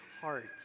hearts